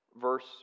verse